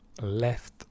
left